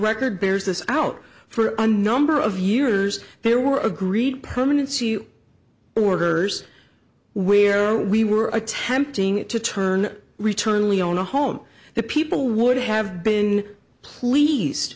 record bears this out for a number of years there were agreed permanent borders where we were attempting to turn return we own a home the people would have been please